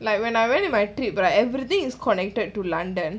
like when I went to my trip right everything is connected to london